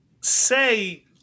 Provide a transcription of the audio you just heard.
say